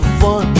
fun